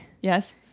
Yes